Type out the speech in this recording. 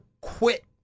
quit